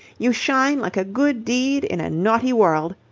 you shine like a good deed in a naughty world.